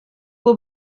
will